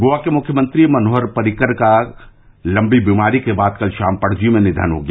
गोवा के मुख्यमंत्री मनोहर पर्रिकर का लंबी बीमारी के बाद कल शाम पणजी में निधन हो गया